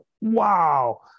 wow